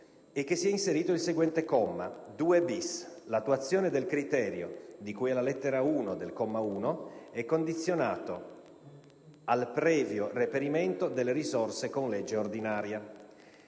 e che sia inserito il seguente comma: "2-*bis*. L'attuazione del criterio di cui alla lettera *l)* del comma 1 è condizionato al previo reperimento delle risorse con legge ordinaria";